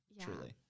Truly